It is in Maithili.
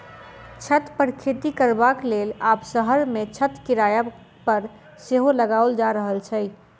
छत पर खेती करबाक लेल आब शहर मे छत किराया पर सेहो लगाओल जा रहल छै